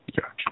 Gotcha